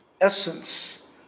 essence